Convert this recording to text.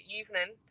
evening